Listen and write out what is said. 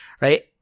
right